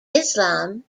islam